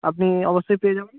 আপনি অবশ্যই পেয়ে যাবেন